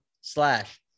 slash